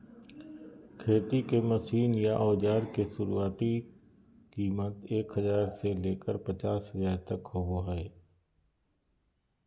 खेती के मशीन या औजार के शुरुआती कीमत एक हजार से लेकर पचास हजार तक होबो हय